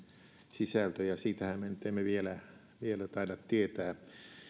sisältö ja siitähän me nyt emme vielä vielä taida tietää